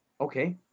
Okay